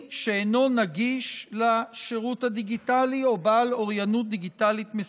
שאין לו גישה לשירות הדיגיטלי או אינו בעל אוריינות דיגיטלית מספקת.